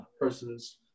person's